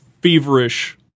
feverish